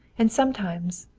and sometimes,